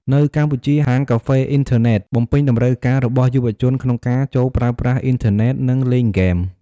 នៅ កម្ពុជា ហាងកាហ្វេអ៊ីនធឺណិត បំពេញតម្រូវការ របស់យុវជនក្នុងការ ចូលប្រើប្រាស់អ៊ីនធឺណិត និង លេងហ្គេម។